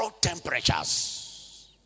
temperatures